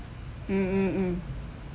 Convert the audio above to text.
mm mm mm